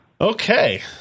Okay